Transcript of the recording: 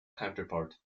counterpart